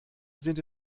sind